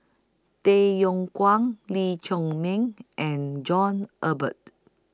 Tay Yong Kwang Lee Chiaw Meng and John Eber